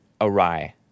awry